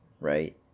right